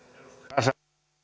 arvoisa